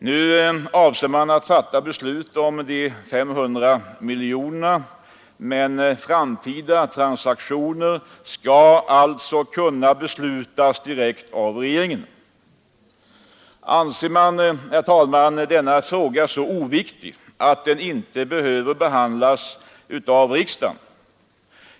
Nu avser man att fatta beslut om de 500 miljonerna, men framtida transaktioner skall alltså kunna beslutas direkt av regeringen. Anser man denna fråga så oviktig att den inte behöver behandlas av riksdagen?